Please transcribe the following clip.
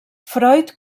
freud